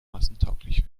massentauglich